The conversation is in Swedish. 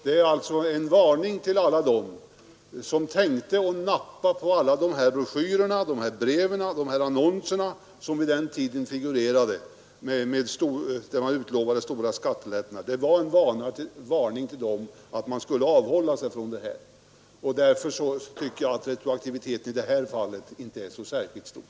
Det var alltså en varning till alla dem som tänkte nappa på de broschyrer, brev och annonser som vid den tiden figurerade och där man utlovade stora skattelättnader, en varning så att man skulle avhålla sig från detta. Därför tycker jag att retroaktiviteten i det här fallet inte är så särskilt stor.